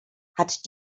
hat